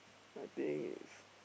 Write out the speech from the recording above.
I think it's